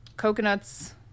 Coconuts